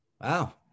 Wow